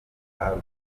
album